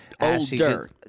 Older